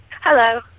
Hello